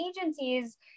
agencies